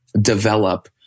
develop